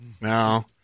No